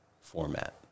format